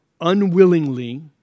unwillingly